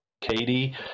Katie